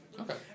Okay